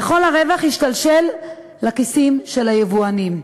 וכל הרווח ישתלשל לכיסים של היבואנים.